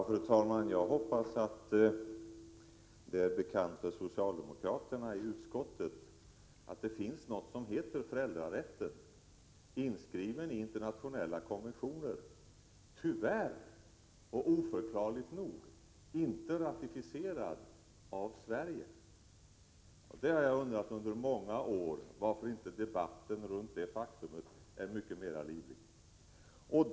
Fru talman! Jag hoppas att det är bekant för socialdemokraterna i utskottet att det finns något som heter föräldrarätt och är inskrivet i internationella konventioner. Tyvärr, och oförklarligt nog, är detta inte ratificerat av Sverige. Jag har under många år funderat över varför debatten kring detta faktum inte är mycket mera livlig.